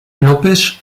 l’empêche